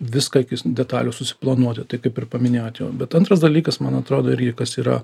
viską iki detalių susiplanuoti taip kaip ir paminėjot jau bet antras dalykas man atrodo irgi kas yra